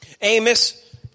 Amos